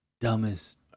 dumbest